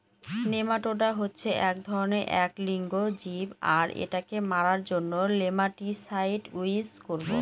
nematoda হচ্ছে এক ধরনের এক লিঙ্গ জীব আর এটাকে মারার জন্য নেমাটিসাইড ইউস করবো